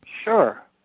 sure